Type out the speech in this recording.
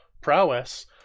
prowess